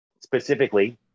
specifically